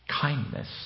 Kindness